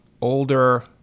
older